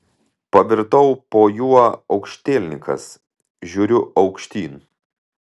pavirtau po juo aukštielninkas žiūriu aukštyn